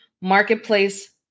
marketplace